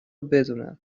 بدونم